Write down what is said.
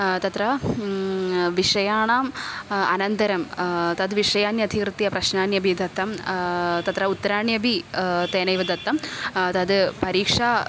तत्र विषयाणाम् अनन्तरं तद्विषयान्यधिकृत्य प्रश्नान्यपि दत्तं तत्र उत्तराण्यपि तेनैव दत्तं तत् परीक्षा